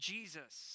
Jesus